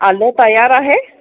आलं तयार आहे